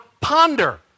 ponder